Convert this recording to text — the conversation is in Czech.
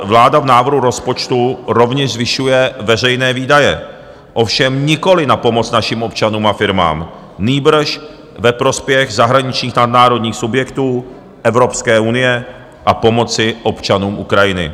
Vláda v návrhu rozpočtu rovněž zvyšuje veřejné výdaje, ovšem nikoliv na pomoc našim občanům a firmám, nýbrž ve prospěch zahraničních nadnárodních subjektů Evropské unie a pomoci občanům Ukrajiny.